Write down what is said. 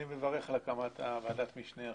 אני מברך על הקמת ועדת המשנה.